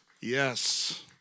Yes